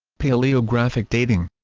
paleographic dating